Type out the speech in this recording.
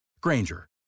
Granger